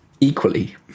Equally